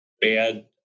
bad